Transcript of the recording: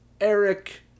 Eric